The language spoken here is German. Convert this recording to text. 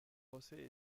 josé